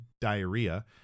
diarrhea